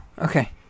Okay